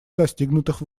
достигнутых